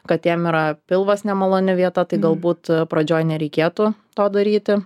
katėm yra pilvas nemaloni vieta tai galbūt pradžioj nereikėtų to daryti